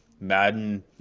Madden